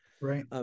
Right